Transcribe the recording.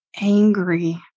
angry